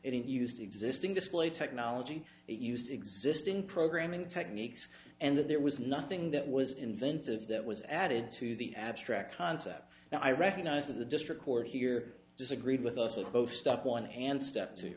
it used existing display technology it used existing programming techniques and that there was nothing that was inventive that was added to the abstract concept now i recognize that the district court here disagreed with us at both step one and step